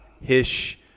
Hish